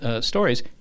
Stories